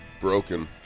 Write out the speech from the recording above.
broken